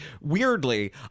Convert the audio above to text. weirdly